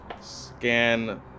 scan